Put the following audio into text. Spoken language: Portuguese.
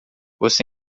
você